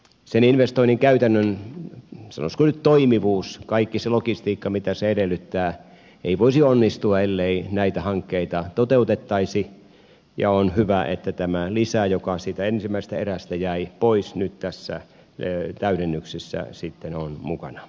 sen investoinnin käytännön sanoisiko nyt toimivuus kaikki se logistiikka mitä se edellyttää ei voisi onnistua ellei näitä hankkeita toteutettaisi ja on hyvä että tämä lisä joka siitä ensimmäisestä erästä jäi pois nyt tässä täydennyksessä sitten on mukana